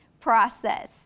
process